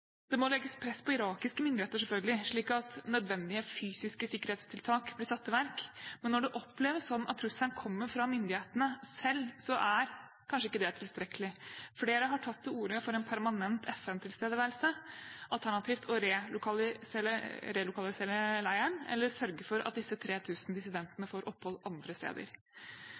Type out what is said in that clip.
Det må legges press på irakiske myndigheter – selvfølgelig – slik at nødvendige fysiske sikkerhetstiltak blir satt i verk. Men når det oppleves sånn at trusselen kommer fra myndighetene selv, er det kanskje ikke tilstrekkelig. Flere har tatt til orde for en permanent FN-tilstedeværelse, alternativt å relokalisere leiren, eller sørge for at disse 3 000 dissidentene får opphold andre steder.